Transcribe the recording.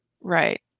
Right